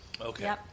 Okay